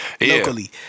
locally